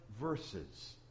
verses